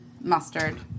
mustard